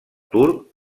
turc